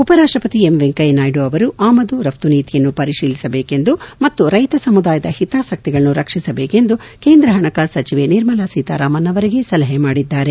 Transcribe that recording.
ಉಪರಾಷ್ಟಪತಿ ಎಂ ವೆಂಕಯ್ನನಾಯ್ನು ಅವರು ಆಮದು ರಪ್ತು ನೀತಿಯನ್ನು ಪರಿಶೀಲಿಸಬೇಕೆಂದು ಮತ್ತು ರೈತ ಸಮುದಾಯದ ಹಿತಾಸಕ್ತಿಗಳನ್ನು ರಕ್ಷಿಸಬೇಕೆಂದು ಕೇಂದ್ರ ಪಣಕಾಸು ಸಚಿವೆ ನಿರ್ಮಲಾ ಸೀತಾರಾಮನ್ ಅವರಿಗೆ ಸಲಹೆ ಮಾಡಿದ್ದಾರೆ